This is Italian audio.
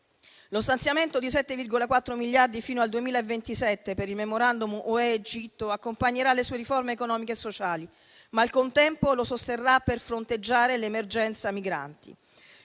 Lo stanziamento di 7,4 miliardi fino al 2027 per il *memorandum* fra Unione europea ed Egitto accompagnerà le sue riforme economiche e sociali, ma al contempo lo sosterrà per fronteggiare l'emergenza migranti.